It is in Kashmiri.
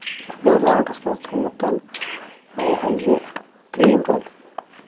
مےٚ اوس آرڈرَس منٛز تھومُت یہِ حظ یہِ کریٖم رول